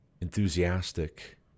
enthusiastic